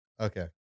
okay